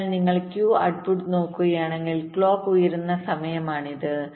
അതിനാൽ നിങ്ങൾ Q output നോക്കുകയാണെങ്കിൽ ക്ലോക്ക് ഉയരുന്ന സമയമാണിത്